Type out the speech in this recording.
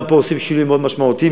גם פה עושים שינויים מאוד משמעותיים.